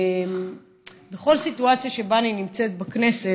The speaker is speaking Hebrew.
בכל סיטואציה שבה אני נמצאת בכנסת,